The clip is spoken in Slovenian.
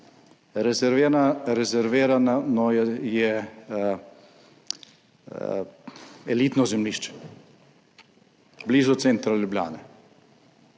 Rezervirano je elitno zemljišče blizu centra Ljubljane,